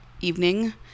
evening